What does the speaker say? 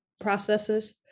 processes